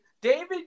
David